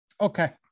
Okay